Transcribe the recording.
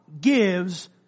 gives